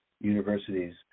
universities